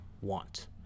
want